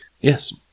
Yes